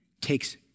takes